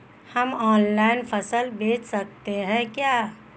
हम ऑनलाइन फसल बेच सकते हैं क्या?